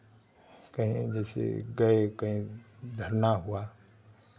कहीं जैसे गए कहीं धरना हुआ